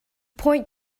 point